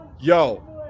Yo